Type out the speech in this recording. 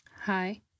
Hi